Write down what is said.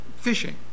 fishing